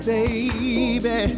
Baby